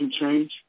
change